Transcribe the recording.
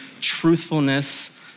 truthfulness